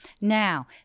now